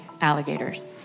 alligators